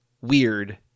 weird